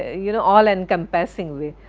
you know, all encompassing way.